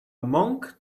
monk